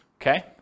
okay